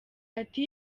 ati